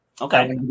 Okay